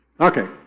Okay